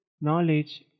knowledge